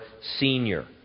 senior